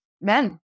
men